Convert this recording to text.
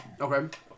Okay